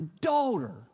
daughter